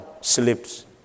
sleeps